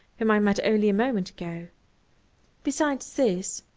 whom i met only a moment ago besides this,